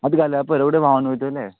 आतां घाल्यार पळय रोड व्हावन वयतले